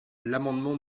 l’amendement